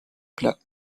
plat